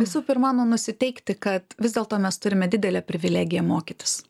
visų pirmą nu nusiteikti kad vis dėlto mes turime didelę privilegiją mokytis